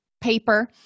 paper